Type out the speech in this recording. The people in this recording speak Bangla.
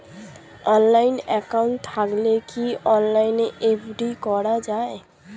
অনলাইন একাউন্ট থাকলে কি অনলাইনে এফ.ডি করা যায়?